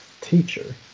teacher